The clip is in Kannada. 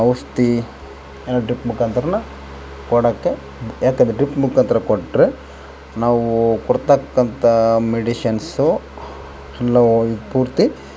ಔಷಧಿ ಎಲ್ಲ ಡ್ರಿಪ್ ಮುಖಾಂತ್ರ ಕೊಡೋಕೆ ಯಾಕಂದರೆ ಡ್ರಿಪ್ ಮುಖಾಂತ್ರ ಕೊಟ್ಟರೆ ನಾವೂ ಕೊಡ್ತಕ್ಕಂಥ ಮೆಡಿಷನ್ಸು ಇನ್ನು ಈ ಪೂರ್ತಿ